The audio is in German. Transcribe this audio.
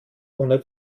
ohne